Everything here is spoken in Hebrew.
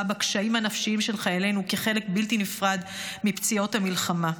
בקשיים הנפשיים של חיילינו כחלק בלתי נפרד מפציעות המלחמה.